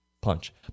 punch